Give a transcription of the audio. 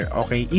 okay